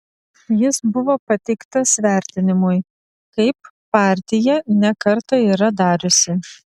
jis buvo pateiktas vertinimui kaip partija ne kartą yra dariusi